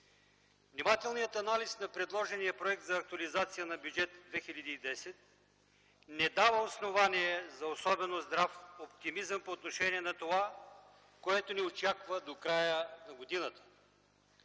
Внимателният анализ на предложения проект за актуализация на Бюджет 2010 не дава основание за особено здрав оптимизъм по отношение на това, което ни очаква до края на годината.